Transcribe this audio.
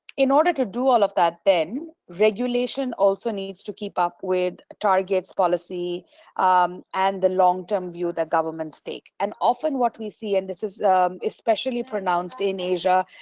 in order to do all of that, then, regulation also needs to keep up with targets policy and the long-term view that governments take. and often what we see and this is especially pronounced in asia,